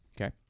Okay